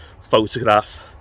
photograph